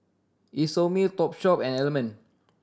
Isomil Topshop and Element